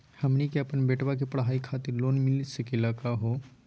हमनी के अपन बेटवा के पढाई खातीर लोन मिली सकली का हो?